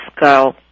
go